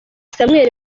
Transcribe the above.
samuel